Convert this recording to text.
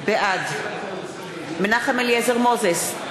בעד מנחם אליעזר מוזס,